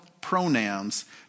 pronouns